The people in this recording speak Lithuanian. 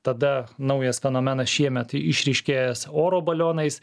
tada naujas fenomenas šiemet išryškėjęs oro balionais